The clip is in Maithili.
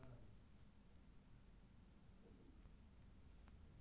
लीन टू डिटैच्ड, रिज आ फरो ग्रीनहाउस के तीन प्रकार छियै